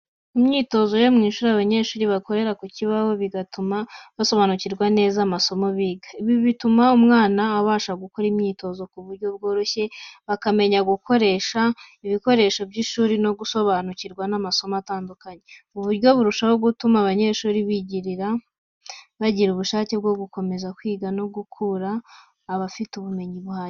Mu myitozo yo mu ishuri, abanyeshuri bakorera ku kibaho bigatuma basobanukirwa neza amasomo biga. Ibi bituma buri mwana abasha gukora imyitozo ku buryo bworoshye, bakamenya gukoresha ibikoresho by'ishuri no gusobanukirwa n’amasomo atandukanye. Ubu buryo burushaho gutuma abanyeshuri bagira ubushake bwo kwiga no gukura bafite ubumenyi buhagije.